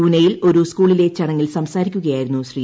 പൂനെയിൽ ഒരു സ്കൂളിലെ ചടങ്ങിൽ സംസാരിക്കുകയായിരുന്നു ശ്രീ